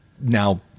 Now